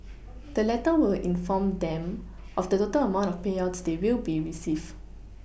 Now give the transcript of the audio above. the letter will inform them of the total amount of payouts they will be receive